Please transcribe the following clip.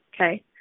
okay